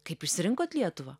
kaip išsirinkot lietuvą